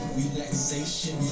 relaxation